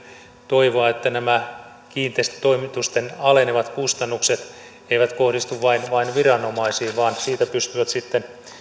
toivoa että nämä kiinteistötoimitusten alenevat kustannukset eivät kohdistu vain vain viranomaisiin vaan siitä pystyvät sitten